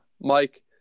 Mike